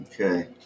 Okay